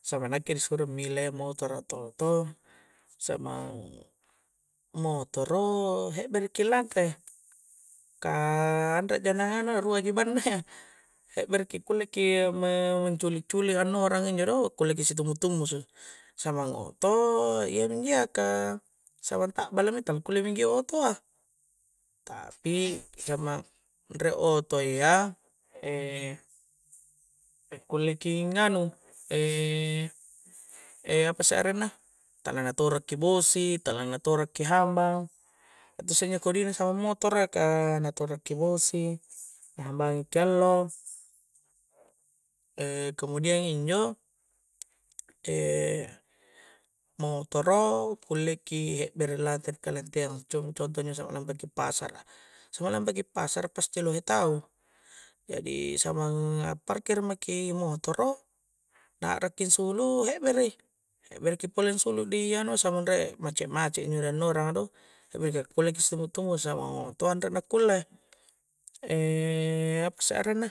Samang nakke ni suro mile motoro atau oto' samang motoro hekbere ki lante ka anre ja na nganu iya rua ji bang na iya hekbereki kulle ki menculi-culik annoranga injo do kulle ki situmbu-tumbusu samang oto iyami injia ka samang takbala mi tala kulle mi geok otoa tapi riek oto iya kulle ki nganu apasse arenna tala na tora' ki bosi tala na torakki hambang iya tosse njo kodina samang motoro iya ka na torakki bosi na hambangi ki allo kemudiang injo motoro kulle ki hekbere lante ri kallanteanga con-contoh injo sampang lampa ki pasara sampang lampaki pasara pasti lohe tau jadi samang a' parkir maki motoro, na akrakki nsulu hekberei hekbereki pole ansulu di anua sampang riek macet-macet injo ri annorang a do hekbereki ka kulle ki sitambu-tambusu samang oto anre na kulle apasse arenna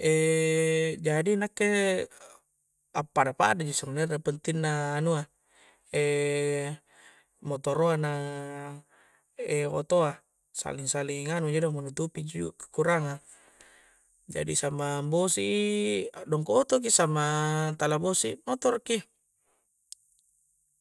jadi nakke appada-pada ji sebenarna pentingna anua motoro a na otoa saling-saling anu ji do menutupi ji juga kekurangang jadi samang bosi i akdongko oto ki sama tala bosi i akmotoro ki